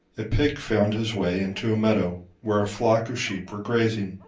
a pig found his way into a meadow where a flock of sheep were grazing.